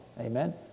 Amen